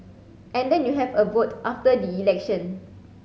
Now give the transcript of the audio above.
and then you have a vote after the election